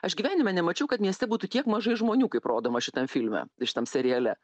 aš gyvenime nemačiau kad mieste būtų tiek mažai žmonių kaip rodoma šitam filme šitam seriale